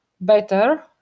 better